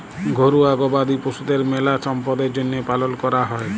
ঘরুয়া গবাদি পশুদের মেলা ছম্পদের জ্যনহে পালন ক্যরা হয়